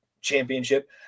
championship